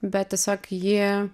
bet tiesiog jį